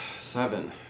Seven